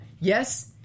yes